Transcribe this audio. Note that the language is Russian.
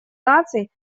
наций